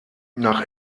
nach